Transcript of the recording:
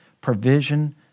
provision